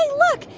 look.